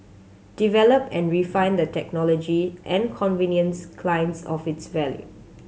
develop and refine the technology and convince clients of its value